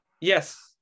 yes